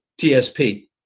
TSP